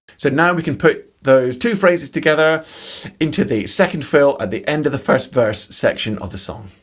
so now we can put those two phrases together into the second fill at the end of the first verse section of the song.